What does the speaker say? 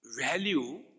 value